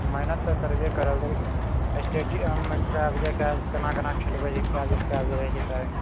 मेहनत त करबे करब लेकिन स्टेडीयममे कए बजे केना केना खेलबै छै कै बजेसॅं कए बजे रहै यछै टाइम